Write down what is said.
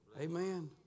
Amen